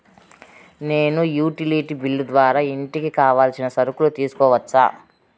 నేను utility bill ద్వారా ఇంటికి కావాల్సిన సరుకులు తీసుకోవచ్చా?